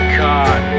caught